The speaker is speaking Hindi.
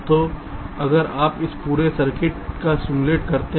तो अगर आप इस पूरे सर्किट का सिमुलेट करते हैं